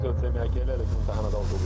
אבל הוא יוצר איתו קשר ומבקש ממנו טלפון.